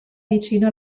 vicino